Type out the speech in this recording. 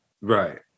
Right